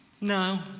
No